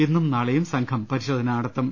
ഇന്നും നാളെയും സംഘം പരിശോ ധന നടത്തും